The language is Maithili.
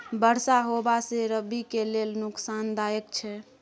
बरसा होबा से रबी के लेल नुकसानदायक छैय?